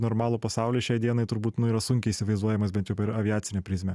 normalų pasaulį šiai dienai turbūt nu yra sunkiai įsivaizduojamas bent jau per aviacinę prizmę